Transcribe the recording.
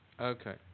Okay